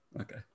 Okay